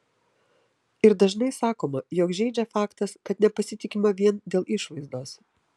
ir dažnai sakoma jog žeidžia faktas kad nepasitikima vien dėl išvaizdos